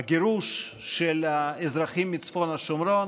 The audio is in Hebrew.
הגירוש של האזרחים מצפון השומרון.